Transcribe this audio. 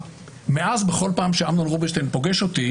מאז, בכל פעם שאמנון רובינשטיין פוגש אותי